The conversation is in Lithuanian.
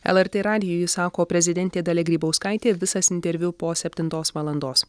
lrt radijui sako prezidentė dalia grybauskaitė visas interviu po septintos valandos